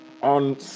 on